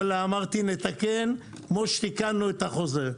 אמרתי, נתקן כמו שתיקנו את החוזה.